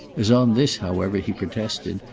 as on this, however, he protested,